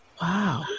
Wow